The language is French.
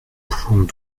pouvons